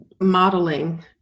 modeling